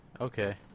Okay